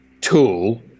tool